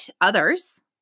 others